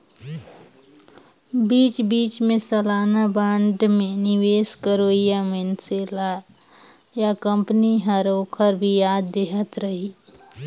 बीच बीच मे सलाना बांड मे निवेस करोइया मइनसे ल या कंपनी हर ओखर बियाज देहत रही